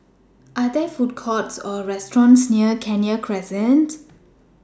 Are There Food Courts Or restaurants near Kenya Crescent